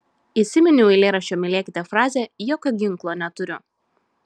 įsiminiau eilėraščio mylėkite frazę jokio ginklo neturiu